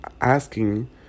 asking